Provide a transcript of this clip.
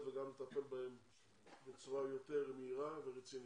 וגם לטפל בצורה יותר מהירה ורצינית.